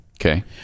Okay